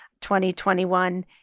2021